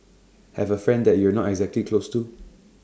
have A friend that you're not exactly close to